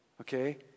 okay